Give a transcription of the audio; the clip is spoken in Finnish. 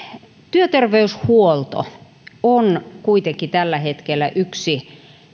työterveyshuolto on kuitenkin tällä hetkellä yksi